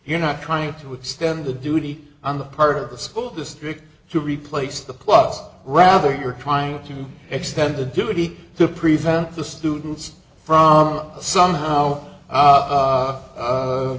you're not trying to extend the duty on the part of the school district to replace the plugs rather you're trying to extend the duty to prevent the students from somehow